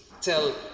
tell